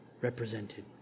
represented